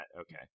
okay